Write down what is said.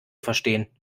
verstehen